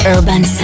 Urban